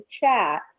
chat